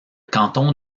canton